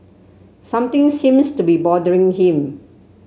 something seems to be bothering him